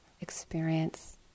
experience